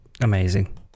amazing